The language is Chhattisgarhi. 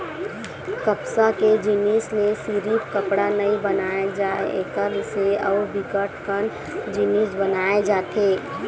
कपसा के जिनसि ले सिरिफ कपड़ा नइ बनाए जाए एकर से अउ बिकट अकन जिनिस बनाए जाथे